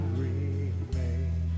remain